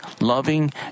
loving